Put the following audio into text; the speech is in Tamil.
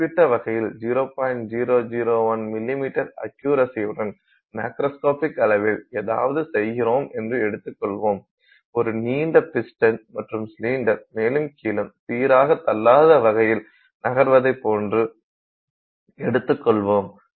001 மிமீ அக்யுரசியுடன் மேக்ரோஸ்கோபிக் அளவில் ஏதாவது செய்கிறோம் என்று எடுத்துக் கொள்வோம் ஒரு நீண்ட பிஸ்டன் மற்றும் சிலிண்டர் மேலும் கீழும் சீராக தள்ளாடாத வ்கையில் நகர்வதை போன்று எடுத்துக் கொள்வோம்